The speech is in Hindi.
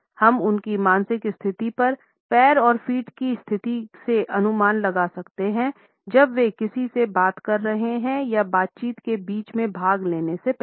हम उनकी मानसिक स्थिति का पैर और फ़ीट की स्थिति से अनुमान लगा सकते हैं जब वे किसी से बात कर रहे हैं या बातचीत के बीच में भाग लेने से पहले